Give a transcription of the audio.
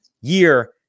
year